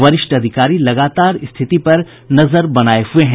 वरिष्ठ अधिकारी लगातार स्थिति पर नजर बनाये हुए हैं